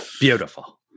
Beautiful